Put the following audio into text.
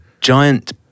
giant